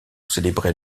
célébrer